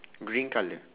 green colour